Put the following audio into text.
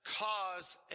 cause